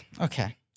Okay